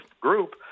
group